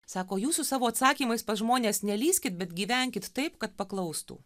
sako jūs su savo atsakymais pas žmones nelyskit bet gyvenkit taip kad paklaustų